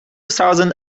thousand